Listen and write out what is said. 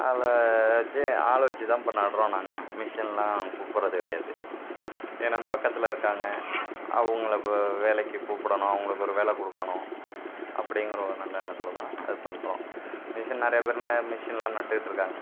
அதில் வச்சு ஆளை வச்சு தான் இப்போ நடறோம் நாங்கள் மிஷின்லாம் கூப்புடறது கிடையாது ஏன்னா பக்கத்தில் இருக்காங்க அவங்களை வேலைக்கு கூப்பிடணும் அவங்களுக்கு ஒரு வேலை கொடுக்கணும் அப்படிங்கற ஒரு நல்ல எண்ணத்தில் தான் அது பண்றோம் மிஷின் நிறைய பேர் நிறைய மிஷின்லாம் நட்டுட்டிருக்காங்க